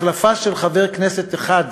החלפה של חבר כנסת אחד